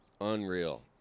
Unreal